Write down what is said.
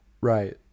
right